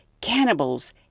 Cannibals